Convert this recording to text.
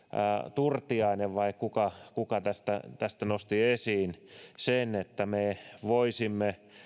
turtiainen vai kuka kuka joka nosti esiin sen me voisimme